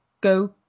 Go